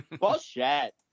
Bullshit